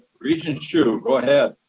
regent hsu, go ahead.